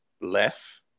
left